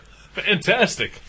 Fantastic